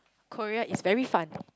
Korea is very fun